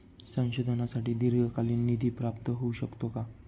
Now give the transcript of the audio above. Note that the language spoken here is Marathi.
संशोधनासाठी दीर्घकालीन निधी प्राप्त होऊ शकतो का?